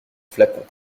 flacon